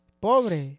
Pobre